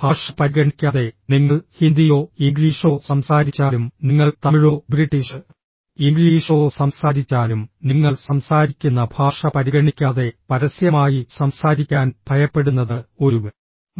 ഭാഷ പരിഗണിക്കാതെ നിങ്ങൾ ഹിന്ദിയോ ഇംഗ്ലീഷോ സംസാരിച്ചാലും നിങ്ങൾ തമിഴോ ബ്രിട്ടീഷ് ഇംഗ്ലീഷോ സംസാരിച്ചാലും നിങ്ങൾ സംസാരിക്കുന്ന ഭാഷ പരിഗണിക്കാതെ പരസ്യമായി സംസാരിക്കാൻ ഭയപ്പെടുന്നത് ഒരു